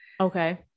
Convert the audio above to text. okay